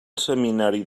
seminari